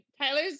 Tyler's